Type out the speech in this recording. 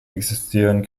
existieren